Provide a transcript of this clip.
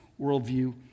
worldview